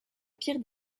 pire